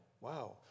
Wow